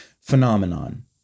Phenomenon